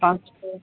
हा